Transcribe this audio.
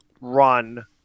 run